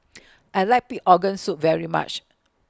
I like Pig Organ Soup very much